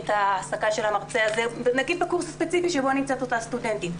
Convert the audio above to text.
ההעסקה של המרצה הזה בקורס הספציפי שבו נמצאת אותה סטודנטית?